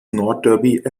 nordderby